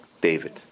David